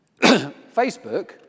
Facebook